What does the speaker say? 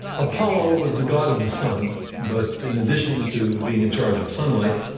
apollo was the god of the sun but, in addition to being in charge of sunlight,